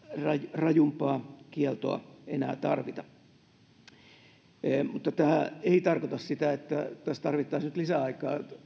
rajumpaa kieltoa enää tarvita tämä ei tarkoita sitä että tässä tarvittaisiin nyt lisäaikaa